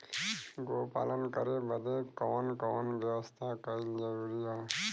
गोपालन करे बदे कवन कवन व्यवस्था कइल जरूरी ह?